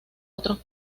otros